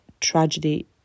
tragedy